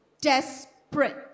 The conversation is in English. desperate